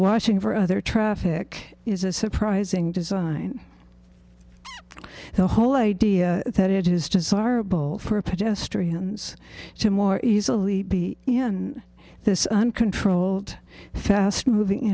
watching for other traffic is a surprising design the whole idea that it is desirable for pedestrians to more easily be in this uncontrolled fast moving